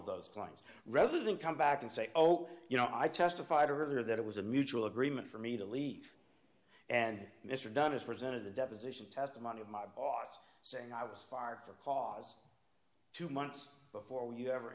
of those claims rather than come back and say oh you know i testified earlier that it was a mutual agreement for me to leave and mr dunne has presented the deposition testimony of my boss saying i was fired for cause two months before you ever